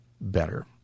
better